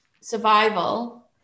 survival